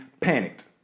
panicked